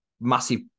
massive